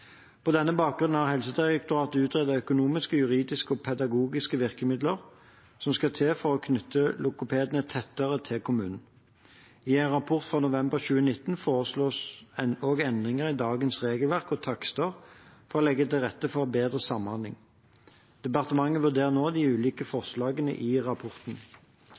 På denne bakgrunn har Helsedirektoratet utredet økonomiske, juridiske og pedagogiske virkemidler som skal til for å knytte logopedene tettere til kommunen. I en rapport fra november 2019 foreslås også endringer i dagens regelverk og takster for å legge til rette for bedre samhandling. Departementet vurderer nå de ulike forslagene i rapporten.